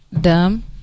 dumb